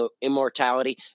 immortality